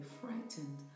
frightened